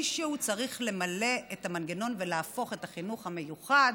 מישהו צריך למלא את המנגנון ולהפוך את החינוך המיוחד,